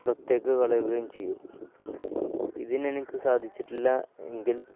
പുറത്തേക്കു കളയുകയും ചെയ്യും ഇതിനെനിക്കു സാധിച്ചിട്ടില്ല എങ്കിൽ